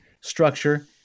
structure